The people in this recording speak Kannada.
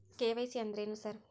ಕೆ.ವೈ.ಸಿ ಅಂದ್ರೇನು ಸರ್?